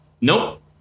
Nope